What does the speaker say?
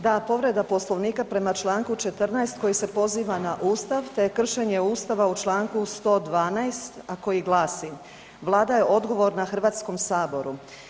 Da, povreda Poslovnika prema čl. 14. koji se poziva na Ustav te kršenje Ustava u čl. 112., a koji glasi: „Vlada je odgovorna Hrvatskom saboru“